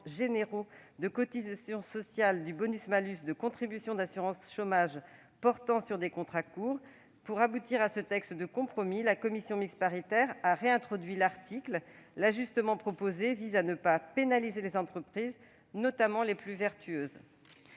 généraux de cotisations sociales du bonus-malus de contributions d'assurance chômage portant sur des contrats courts. Pour aboutir à ce texte de compromis, la commission mixte paritaire a réintroduit l'article. L'ajustement proposé vise à ne pas pénaliser les entreprises, notamment les plus vertueuses.